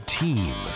team